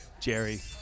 jerry